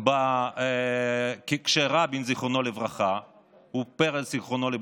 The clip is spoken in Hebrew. רבין ז"ל ופרס ז"ל,